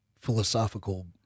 philosophical